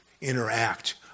interact